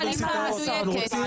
אין בעיה לחליפה מדויקת,